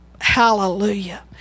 hallelujah